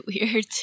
weird